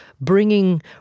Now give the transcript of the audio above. bringing